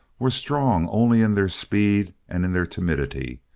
were strong only in their speed and in their timidity,